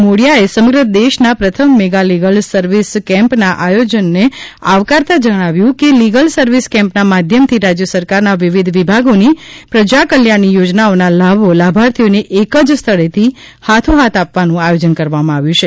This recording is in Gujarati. મોડિયાએ સમગ્ર દેશના પ્રથમ મેગા લીગલ સર્વિસ કેમ્પના આયોજનને આવકારતા જણાવ્યું કે લીગલ સર્વિસ કેમ્પના માધ્યમથી રાજ્ય સરકારના વિવિધ વિભાગોની પ્રજાકલ્યાણની યોજનાઓના લાભો લાભાર્થીઓને એક જ સ્થળેથી હાથો હાથ આપવાનું આયોજન કરવામાં આવ્યું છે